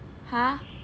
!huh!